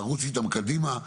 לרוץ איתם קדימה,